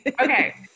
okay